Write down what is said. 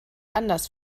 anders